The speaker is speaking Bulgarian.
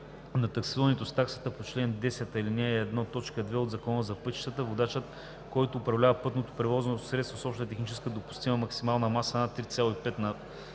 на таксуването с таксата по чл. 10, ал. 1, т. 2 от Закона за пътищата водач, който управлява пътно превозно средство с обща технически допустима максимална маса над 3,5 тона